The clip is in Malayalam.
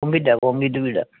കോങ്ക്രീറ്റാ കോങ്ക്രീറ്റ് വീടാണ്